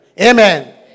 Amen